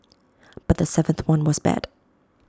but the seventh one was bad